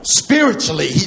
spiritually